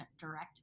direct